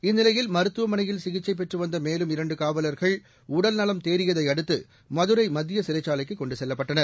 இந்நிலையில் மருத்துவமனையில் சிகிச்சை பெற்று வந்த மேலும் இரண்டு காவலர்கள் உடல்நலம் தேறியதை அடுத்து மதுரை மத்திய சிறைச்சாலைக்கு கொண்டு செல்லப்பட்டனர்